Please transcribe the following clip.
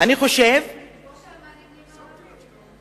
אני חושב, כמו שהמנהיגים הערבים מתנהגים,